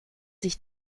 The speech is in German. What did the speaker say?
sich